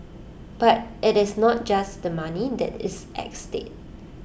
but IT is not just the money that is at stake